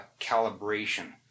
calibration